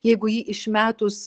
jeigu jį išmetus